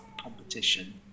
competition